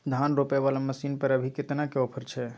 धान रोपय वाला मसीन पर अभी केतना के ऑफर छै?